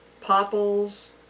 popples